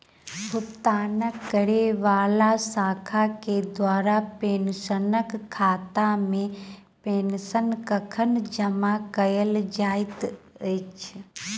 भुगतान करै वला शाखा केँ द्वारा पेंशनरक खातामे पेंशन कखन जमा कैल जाइत अछि